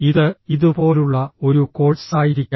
ഇത് ഇതുപോലുള്ള ഒരു കോഴ്സായിരിക്കാം